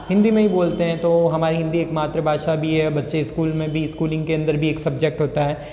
हिंदी में ही बोलते हैं तो हमारी हिंदी एक मातृभाषा भी है बच्चे स्कूल में भी स्कूलिंग के अंदर भी एक सबजेक्ट होता है